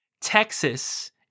Texas